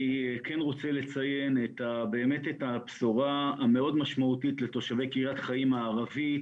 אני כן רוצה לציין את הבשורה המאוד משמעותית לתושבי קריית חיים מערבית